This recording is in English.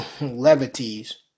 Levities